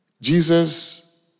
Jesus